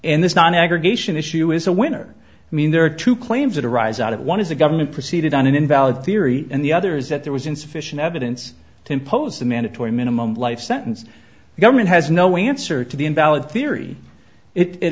an aggregation issue is a winner i mean there are two claims that arise out of one is the government proceeded on an invalid theory and the other is that there was insufficient evidence to impose the mandatory minimum life sentence the government has no answer to the invalid theory it i